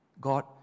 God